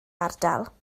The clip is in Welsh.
ardal